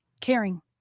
caring